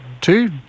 two